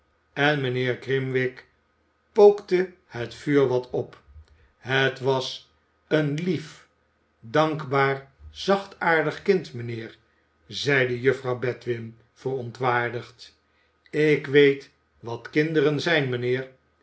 en mijnheer grimwig pookte het vuur wat op het was een lief dankbaar zachtaardig kind mijnheer zeide juffrouw bedwin verontwaardigd ik weet wat kinderen zijn mijnheer